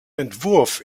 entwurf